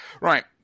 Right